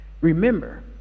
remember